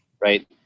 right